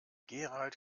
gerald